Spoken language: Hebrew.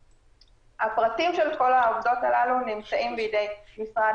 הפרטים של כל העובדות הללו נמצאים בידי משרד